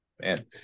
Man